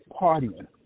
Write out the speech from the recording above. partying